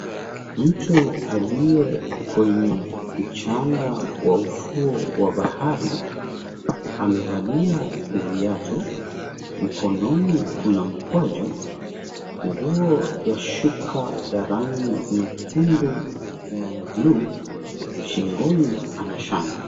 Mtu aliye kwenye mchanga wa ufuo wa bahari, amevalia viatu, mkononi kuna mkwaju. Nguo ya shuka ya rangi nyekundu na ya blue shingoni ana shanga.